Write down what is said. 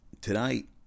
tonight